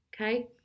okay